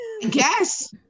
Yes